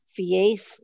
Fies